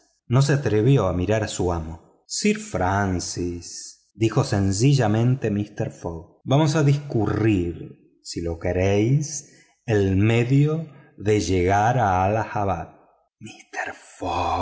no se atrevía a mirar a su amo sir francis dijo sencillamente mister fogg vamos a discurrir si lo queréis el medio de llegar a hallahabad mister